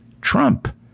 Trump